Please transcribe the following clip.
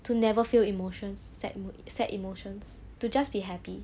to never feel emotions sad sad emotions to just be happy